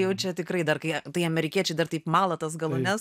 jau čia tikrai dar ką tai amerikiečiai dar taip mala tas galūnes